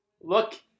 look